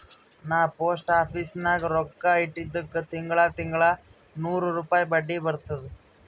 ನಾ post office ನಾಗ್ ರೊಕ್ಕಾ ಇಟ್ಟಿದುಕ್ ತಿಂಗಳಾ ತಿಂಗಳಾ ನೂರ್ ರುಪಾಯಿ ಬಡ್ಡಿ ಬರ್ತುದ್